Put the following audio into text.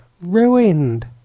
Ruined